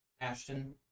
Ashton